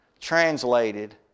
translated